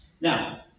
Now